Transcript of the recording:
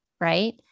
Right